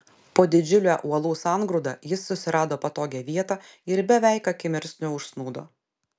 po didžiule uolų sangrūda jis susirado patogią vietą ir beveik akimirksniu užsnūdo